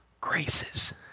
graces